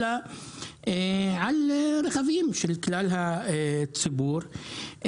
אלא על רכבים של כלל הציבור.